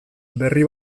berri